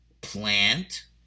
plant